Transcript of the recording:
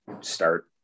start